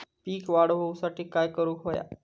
पीक वाढ होऊसाठी काय करूक हव्या?